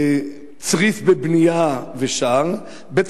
צריף בבנייה ושער, ב.